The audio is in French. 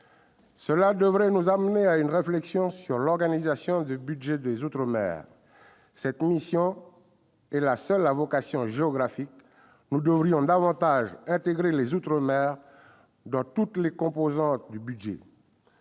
Cela devrait nous amener à une réflexion sur l'organisation du budget des outre-mer. En effet, cette mission est la seule à vocation géographique. Or nous devrions davantage intégrer les outre-mer dans toutes les composantes du budget.